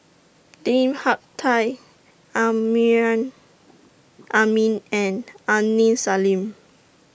Lim Hak Tai Amrin Amin and Aini Salim